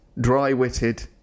dry-witted